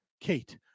kate